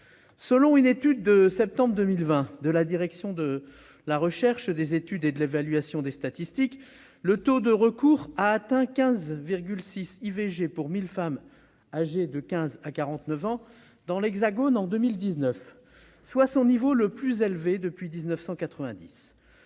Selon une étude publiée en septembre 2020 par la direction de la recherche, des études, de l'évaluation et des statistiques, en 2019, le taux de recours a atteint 15,6 IVG pour 1 000 femmes âgées de 15 à 49 ans dans l'Hexagone. C'était là son niveau le plus élevé depuis 1990.